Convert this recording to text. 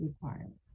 requirements